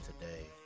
today